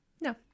No